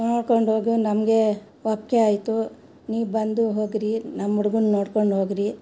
ನೋಡ್ಕೊಂಡು ಹೋಗಿ ನಮಗೆ ಒಪ್ಪಿಗೆ ಆಯ್ತು ನೀವು ಬಂದು ಹೋಗ್ರಿ ನಮ್ಮ ಹುಡುಗನ್ನ ನೋಡ್ಕೊಂಡು ಹೋಗ್ರಿ